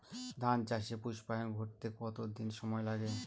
ধান চাষে পুস্পায়ন ঘটতে কতো দিন সময় লাগে?